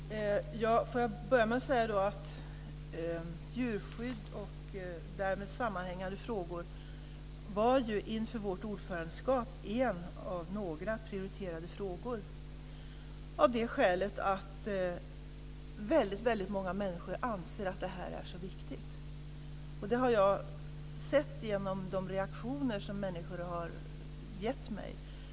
Fru talman! Får jag börja med att säga att djurskydd och därmed sammanhängande frågor inför vår ordförandeperiod var en av några prioriterade frågor av det skälet att väldigt många människor anser att det är mycket viktigt. Det har jag sett genom de reaktioner som människor har visat mig.